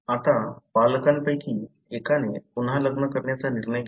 आता पालकांपैकी एकाने पुन्हा लग्न करण्याचा निर्णय घेतला